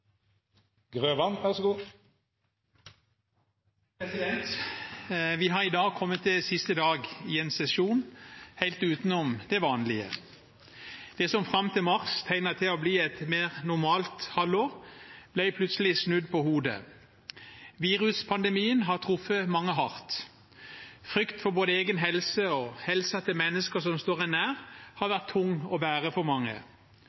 siste dag i en sesjon helt utenom det vanlige. Det som fram til mars tegnet til å bli et mer normalt halvår, ble plutselig snudd på hodet. Viruspandemien har truffet mange hardt. Frykten for både egen helse og helsen til mennesker som står en nær, har vært tung å bære for mange.